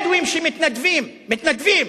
בדואים שמתנדבים, מתנדבים,